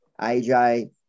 AJ